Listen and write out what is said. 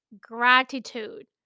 gratitude